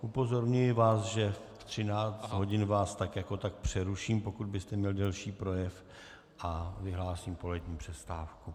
Upozorňuji vás, že ve 13 hodin vás tak jako tak přeruším, pokud byste měl delší projev, a vyhlásím polední přestávku.